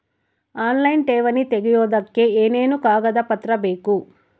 Online ಠೇವಣಿ ತೆಗಿಯೋದಕ್ಕೆ ಏನೇನು ಕಾಗದಪತ್ರ ಬೇಕು?